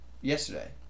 Yesterday